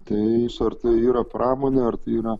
tai su ar tai yra pramonė ar yra